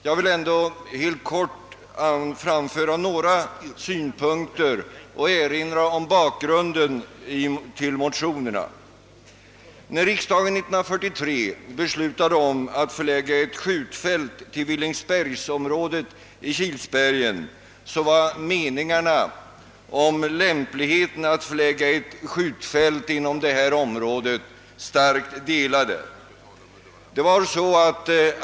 Jag vill ändå helt kort framföra några Synpunkter och erinra om bakgrunden till motionerna. När riksdagen år 1943 beslutade om att förlägga ett skjutfält till Villingsbergsområdet i Kilsbergen, var meningarna om detta områdes lämplighet starkt delade.